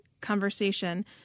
conversation